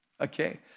okay